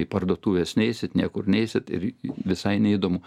į parduotuves neisit niekur neisit ir visai neįdomu